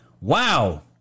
Wow